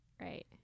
Right